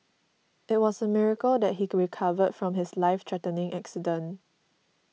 it was a miracle that he recovered from his life threatening accident